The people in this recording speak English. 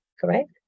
correct